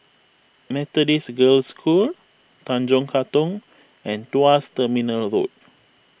Methodist Girls' School Tanjong Katong and Tuas Terminal Road